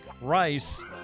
Rice